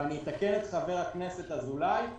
ואני אתקן את חבר הכנסת אזולאי,